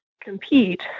compete